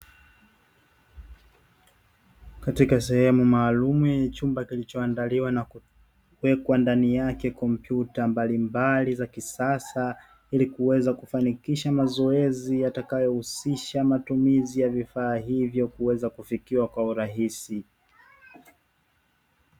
Katika sehemu maalumu yenye chumba kilichoandaliwa na kuwekwa ndani yake kompyuta mbalimbali za kisasa, ili kuweza kufanikisha mazoezi yatakayohusisha matumizi ya vifaa hivyo kuweza kufikiwa kwa urahisi.